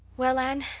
well, anne,